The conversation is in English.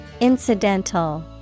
Incidental